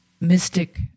mystic